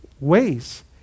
ways